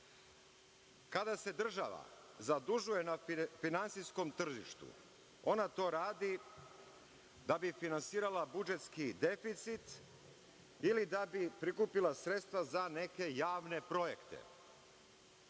kada se država zadužuje na finansijskom tržištu ona to radi da bi finansirala budžetski deficit, ili da bi prikupila sredstva za neke javne projekte.